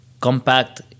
compact